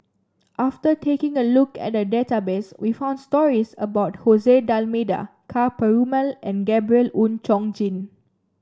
after taking a look at the database we found stories about Jose D'Almeida Ka Perumal and Gabriel Oon Chong Jin